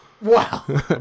Wow